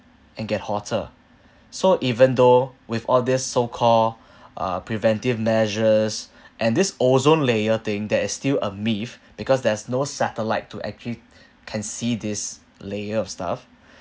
and get hotter so even though with all these so-called uh preventive measures and this ozone layer thing that is still a myth because there's no satellite to actually can see this layer of stuff